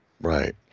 Right